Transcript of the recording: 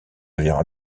verra